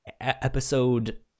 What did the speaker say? episode